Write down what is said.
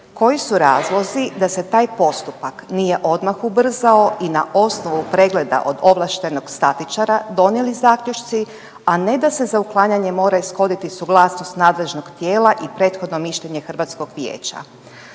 koji su razlozi da se taj postupak nije odmah ubrzao i na osnovu pregleda od ovlaštenog statičara donijeli zaključci, a ne da se za uklanjanje mora ishoditi suglasnost nadležnog tijela i prethodno mišljenje hrvatskog vijeća?